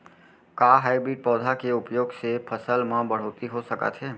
का हाइब्रिड पौधा के उपयोग से फसल म बढ़होत्तरी हो सकत हे?